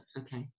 Okay